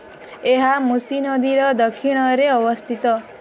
ଏହା ମୁସି ନଦୀର ଦକ୍ଷିଣରେ ଅବସ୍ଥିତ